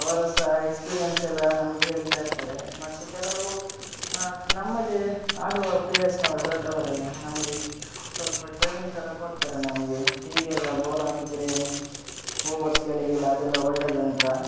ಅವರು ಸಹ ಎಕ್ಸ್ಪಿರಿಯನ್ಸ್ ಎಲ್ಲ ನಮಗೆ ಹೇಳ್ತಾ ಇರ್ತಾರೆ ಮತ್ತೆ ಕೆಲವು ನಮ್ಮದೇ ಆಡುವ ಪ್ಲೇಯರ್ಸ್ನವರೆ ದೊಡ್ಡವರೆಲ್ಲ ನಮಗೆ ಸ್ವಲ್ಪ ಟ್ರೈನಿಂಗ್ ಥರ ಕೊಡ್ತಾರೆ ನಮಗೆ ಹೀಗೆಲ್ಲ ಬಾಲ್ ಹಾಕಿದ್ರೇ ಓವರ್ಸ್ಗಳಿಗೆಲ್ಲ ಅದೆಲ್ಲ ಒಳ್ಳೆದು ಅಂತ